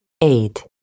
Eight